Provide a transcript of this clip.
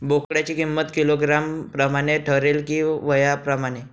बोकडाची किंमत किलोग्रॅम प्रमाणे ठरते कि वयाप्रमाणे?